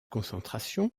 concentration